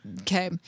okay